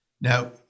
Now